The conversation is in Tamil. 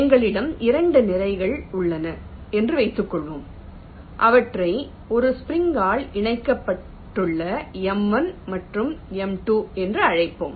எங்களிடம் இரண்டு நிறைகள் உள்ளன என்று வைத்துக்கொள்வோம் அவற்றை ஒரு ஸ்ப்ரிங் கால் இணைக்கப்பட்டுள்ள m1 மற்றும் m2 என்று அழைப்போம்